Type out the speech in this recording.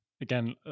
Again